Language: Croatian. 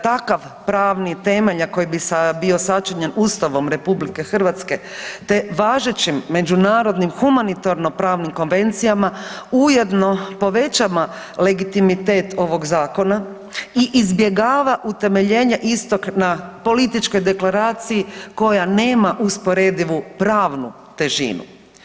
Takav pravni temelj koji bi bio sačinjen Ustavom RH, te važećim međunarodnim humanitarno-pravnim konvencijama ujedno povećava legitimitet ovog zakona i izbjegava utemeljenje istog na političkoj deklaraciji koja nema usporedivu pravnu težinu.